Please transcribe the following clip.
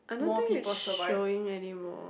I don't think it's showing anymore